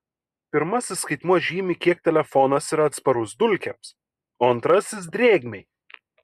pirmasis skaitmuo žymi kiek telefonas yra atsparus dulkėms o antrasis drėgmei